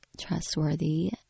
trustworthy